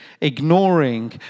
ignoring